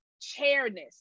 chairness